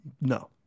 No